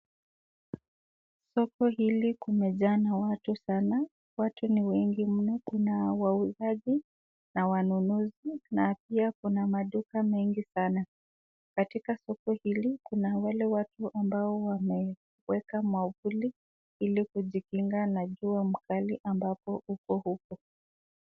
Soko hili kumejaa na watu sana. Watu ni wengi mno, kuna wauzajinna wanunuzi na pia kuna maduka mengi sana. Katika duka hili kuna wale watu ambao wameweka mwavuli ili kujikinga na jua mkali ambapo uko huko.